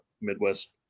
Midwest